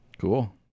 Cool